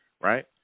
right